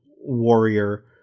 warrior